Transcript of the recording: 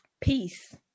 Peace